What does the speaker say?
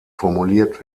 formuliert